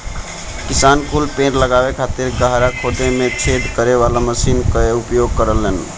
किसान कुल पेड़ लगावे खातिर गड़हा खोदे में छेद करे वाला मशीन कअ उपयोग करेलन